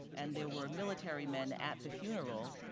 and there were military men at the funeral,